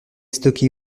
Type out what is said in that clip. stocké